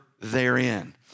therein